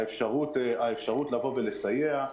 האפשרות לסייע,